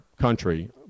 country